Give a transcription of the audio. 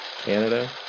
Canada